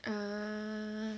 ah